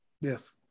Yes